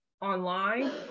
online